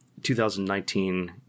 2019